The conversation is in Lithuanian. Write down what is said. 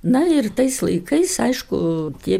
na ir tais laikais aišku tie